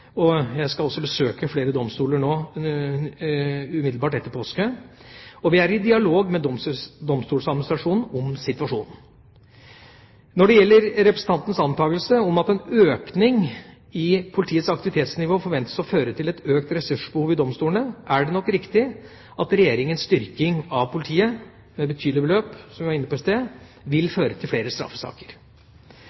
spesielt. Jeg skal også besøke flere domstoler umiddelbart etter påske. Vi er i dialog med Domstoladministrasjonen om situasjonen. Når det gjelder representantens antakelse om at en økning i politiets aktivitetsnivå forventes å føre til et økt ressursbehov i domstolene, er det nok riktig at Regjeringas styrking av politiet med et betydelig beløp, som vi var inne på i sted, vil